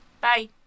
Bye